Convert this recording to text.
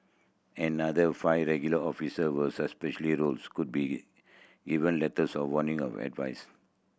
another five regular officer will roles could be given letters of warning or advice